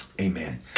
amen